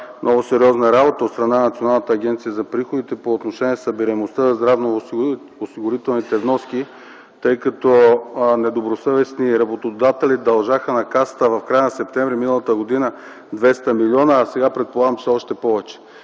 много сериозна работа от страна на Националната агенция за приходите по отношение събираемостта на здравноосигурителните вноски, тъй като недобросъвестни работодатели в края на м. септември м.г. дължаха на Касата 200 млн., а сега предполагам, че са още повече.